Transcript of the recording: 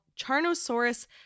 Charnosaurus